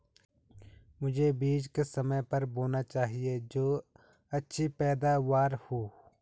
मुझे बीज किस समय पर बोना चाहिए जो अच्छी पैदावार हो?